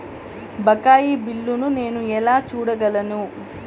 బకాయి బిల్లును నేను ఎలా చూడగలను?